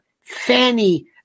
Fanny